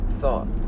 thought